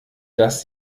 dass